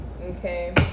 okay